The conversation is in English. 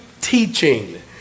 teaching